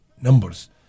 numbers